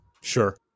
Sure